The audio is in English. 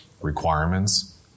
requirements